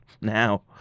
Now